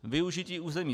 Využití území.